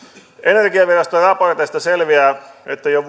energiaviraston raporteista selviää että jo